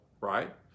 right